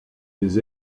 des